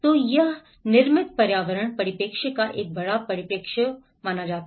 तो यह निर्मित पर्यावरण परिप्रेक्ष्य का एक बड़ा परिप्रेक्ष्य लाता है